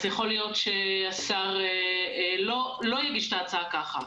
יכול להיות שהשר לא יגיש את ההצעה כך.